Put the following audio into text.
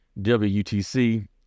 WTC